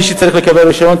מי שצריך לקבל רישיון,